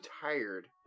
tired